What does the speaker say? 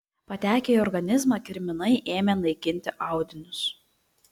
patekę į organizmą kirminai ėmė naikinti audinius